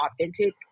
authentic